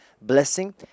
blessing